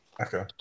Okay